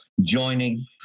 joining